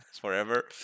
forever